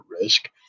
risk